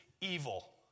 evil